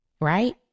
right